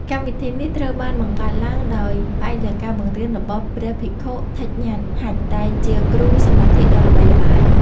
កម្មវិធីនេះត្រូវបានបង្កើតឡើងដោយផ្អែកលើការបង្រៀនរបស់ព្រះភិក្ខុ ថិច ញ៉ាត់ ហាញ់ ដែលជាគ្រូសមាធិដ៏ល្បីល្បាញ។